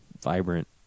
vibrant